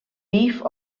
beef